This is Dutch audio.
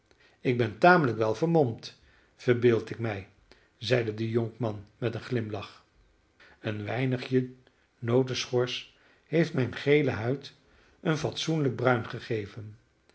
ik ben tamelijk wel vermomd verbeeld ik mij zeide de jonkman met een glimlach een weinigje notenschors heeft mijn gele huid een fatsoenlijk bruin gegeven